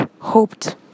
hoped